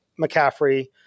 McCaffrey